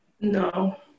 No